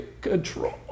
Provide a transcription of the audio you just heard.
Control